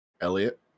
Elliot